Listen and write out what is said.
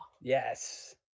Yes